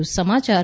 વધુ સમાચાર